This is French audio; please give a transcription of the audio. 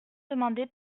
demandée